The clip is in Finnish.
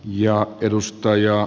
arvoisa puhemies